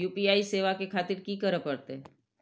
UPI सेवा ले खातिर की करे परते?